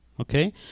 okay